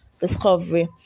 discovery